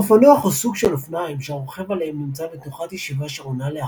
אופנוח הוא סוג של אופניים שהרוכב עליהם נמצא בתנוחת ישיבה שעונה לאחור,